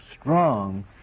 strong